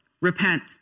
Repent